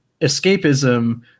escapism